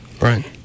Right